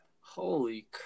Holy